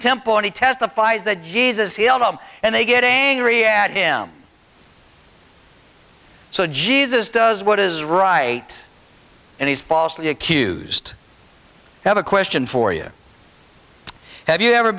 temple and testifies that jesus healed them and they get angry at him so jesus does what is right and he's falsely accused have a question for you have you ever